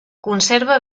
conserva